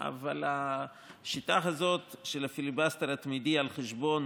אבל השיטה הזאת של הפיליבסטר התמידי על חשבון